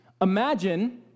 Imagine